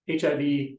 HIV